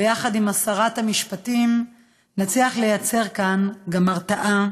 ויחד עם שרת המשפטים, נצליח ליצור כאן גם הרתעה